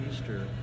Easter